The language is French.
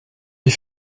des